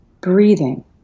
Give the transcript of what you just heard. breathing